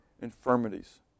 infirmities